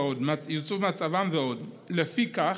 לפיכך,